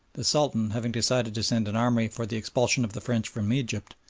the sultan having decided to send an army for the expulsion of the french from egypt,